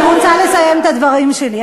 אני רוצה לסיים את הדברים שלי.